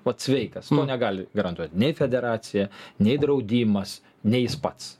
pats sveikas negali garantuot nei federacija nei draudimas nei jis pats